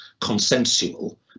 consensual